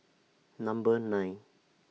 Number nine